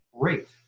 Great